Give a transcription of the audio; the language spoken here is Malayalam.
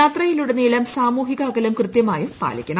യാത്രയിലുടനീളം സാമൂഹിക അകലം കൃത്യമായും പാലിക്കണം